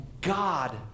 God